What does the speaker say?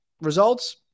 Results